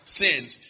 sins